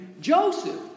Joseph